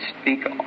speak